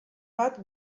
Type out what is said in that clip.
bat